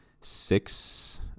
six